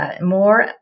more